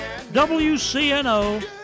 WCNO